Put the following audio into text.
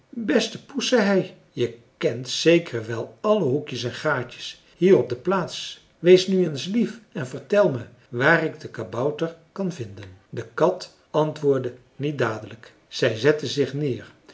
beste poes zei hij je kent zeker wel alle hoekjes en gaatjes hier op de plaats wees nu eens lief en vertel me waar ik den kabouter kan vinden de kat antwoordde niet dadelijk zij zette zich neer